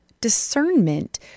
discernment